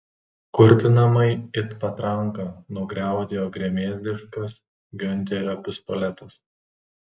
kurtinamai it patranka nugriaudėjo gremėzdiškas giunterio pistoletas